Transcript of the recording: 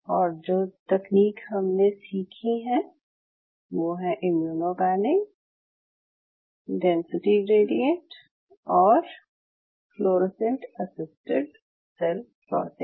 और जो तकनीक हमने सीखी हैं वो हैं इम्यूनो पैनिंग डेंसिटी ग्रेडिएंट और फ्लोरोसेंट असिस्टेड सेल सॉर्टिंग